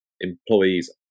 employees